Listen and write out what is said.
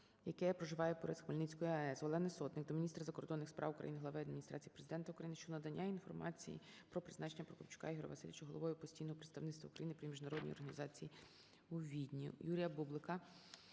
яке проживає поряд Хмельницької АЕС. Олени Сотник до міністра закордонних справ України, глави Адміністрації Президента України щодо надання інформації про призначенняПрокопчука Ігоря Васильовича головою постійного представництва України при міжнародних організаціях у Відні.